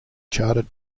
charted